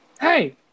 Hey